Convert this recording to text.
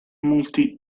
molti